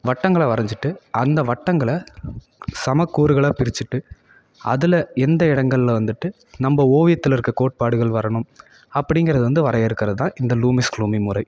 வட்டங்களை வரஞ்சிவிட்டு அந்த வட்டங்களை சமக் கூறுகளாக பிரிச்சிவிட்டு அதில் எந்த இடங்கள்ல வந்துவிட்டு நம்ப ஓவியத்தில் இருக்க கோட்பாடுகள் வரணும் அப்படிங்கிறது வந்து வரையறுக்கற தான் இந்த லூமிஸ் க்ளூமி முறை